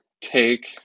take